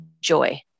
joy